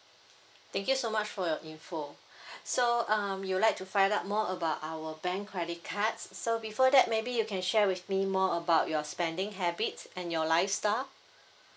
thank you so much for your info so um you'd like to find out more about our bank credit cards so before that maybe you can share with me more about your spending habits and your lifestyle